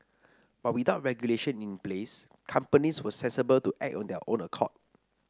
but without regulation in place companies were sensible to act on their own accord